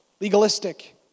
legalistic